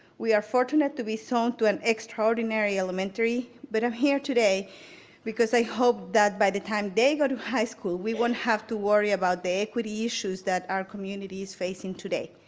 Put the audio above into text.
we are fortunate to be so such an extraordinary elementary, but i'm here today because i hope that by the time they go to high school, we won't have to worry about the equity issues that our community is facing today.